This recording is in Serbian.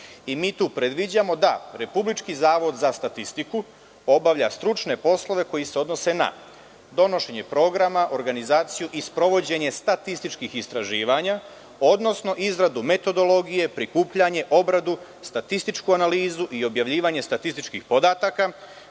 Mi tu predviđamo da Republički zavod za statistiku obavlja stručne poslove koji se odnose na: donošenje programa, organizaciju i sprovođenje statističkih istraživanja, odnosno izradu metodologije, prikupljanje, obradu, statističku analizu i objavljivanje statističkih podataka;